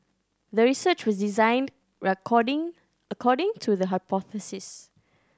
the research was designed according to the hypothesis